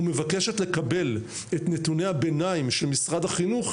ומבקשת לקבל את נתוני הביניים של משרד החינוך,